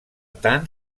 tant